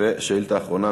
שאילתה אחרונה,